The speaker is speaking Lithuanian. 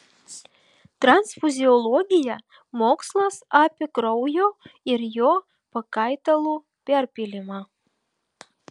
transfuziologija mokslas apie kraujo ir jo pakaitalų perpylimą